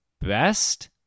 best